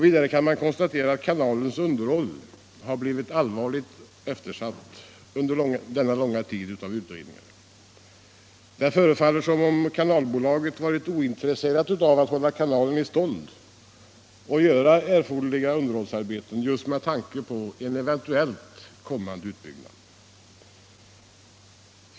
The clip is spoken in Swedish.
Vidare kan man konstatera att kanalens underhåll blivit allvarligt eftersatt under denna långa tid av utredande. Det förefaller som om Kanalbolaget varit ointresserat av att hålla kanalen i stånd och göra erforderliga underhållsarbeten just med tanke på en eventuellt kommande utbyggnad.